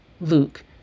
Luke